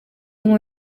ngo